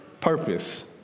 purpose